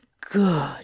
good